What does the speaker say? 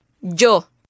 Yo